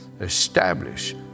establish